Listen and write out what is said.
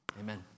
Amen